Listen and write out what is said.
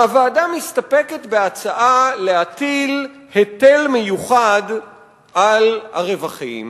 הוועדה מסתפקת בהצעה להטיל היטל מיוחד על הרווחים,